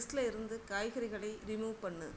லிஸ்ட்டில் இருந்து காய்கறிகளை ரிமூவ் பண்ணு